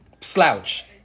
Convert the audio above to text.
Slouch